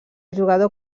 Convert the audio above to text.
jugador